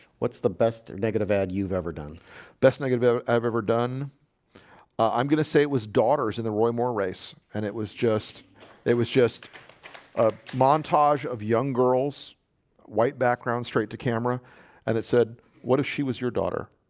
what's the best negative ad you've ever done that's negative i've ever done i'm gonna say it was daughters in the roy moore race, and it was just it was just a montage of young girls white backgrounds straight to camera and it said what if she was your daughter?